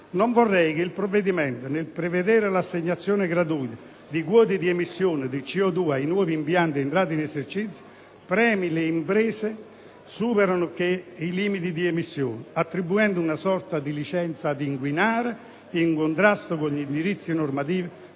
non vorremmo che la norma dell'articolo 2, nel prevedere l'assegnazione gratuita di quote di emissione di CO2 ai nuovi impianti entrati in esercizio, premiasse le imprese che superano i limiti di emissione, attribuendo loro una sorta di licenza ad inquinare, in contrasto con gli indirizzi normativi